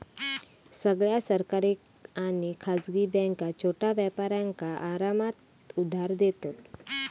सगळ्या सरकारी आणि खासगी बॅन्का छोट्या व्यापारांका आरामात उधार देतत